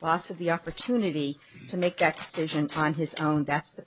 boss of the opportunity to make that station on his own that's the